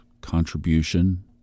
contribution